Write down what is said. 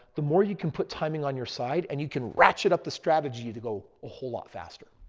the more you can put timing on your side and you can ratchet up the strategy to go a whole lot faster.